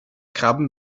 krabben